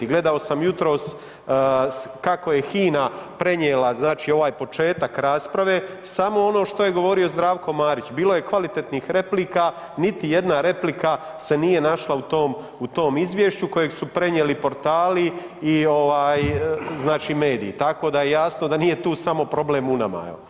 Gledao sam jutros kako je HINA prenijela ovaj početak rasprave, samo ono što je govorio Zdravko Marić, bilo je kvalitetnih replika niti jedna replika se nije našla u tom izvješću kojeg su prenijeli portali i mediji, tako da jasno da nije tu samo problem u nama.